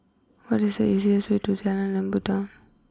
what is the easiest way to Jalan Lebat Daun